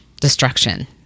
destruction